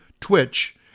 Twitch